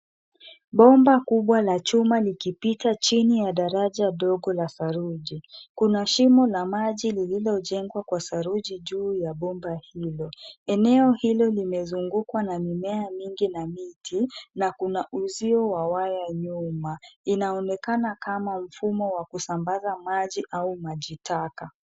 Bomba kubwa la chuma likipita chini ya daraja dogo la saruji. Kuna shimo la maji lililo jengwa kwa saruji juu ya bomba hilo. Eneo hilo limezungukwa na mimea mingi na miti na kuna uzio wa waya nyuma inaonekana kama mfumo wa kusambaza maji au maji taka.